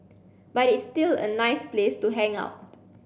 but it's still a nice place to hang out